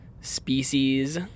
species